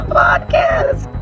podcast